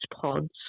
pods